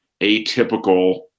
atypical